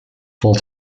full